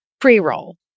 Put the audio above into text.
pre-roll